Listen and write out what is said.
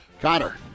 Connor